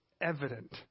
evident